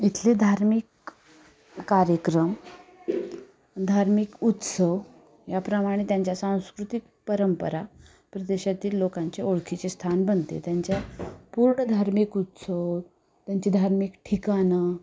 इथले धार्मिक कार्यक्रम धार्मिक उत्सव याप्रमाणे त्यांच्या सांस्कृतिक परंपरा प्रदेशातील लोकांचे ओळखीचे स्थान बनते त्यांच्या पूर्ण धार्मिक उत्सव त्यांची धार्मिक ठिकणं